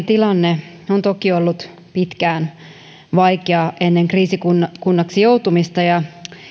tilanne on toki ollut pitkään vaikea ennen kriisikunnaksi joutumista ja